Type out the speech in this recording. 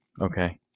Okay